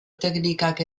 teknikak